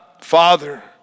Father